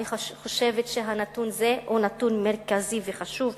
אני חושבת שנתון זה הוא נתון מרכזי וחשוב.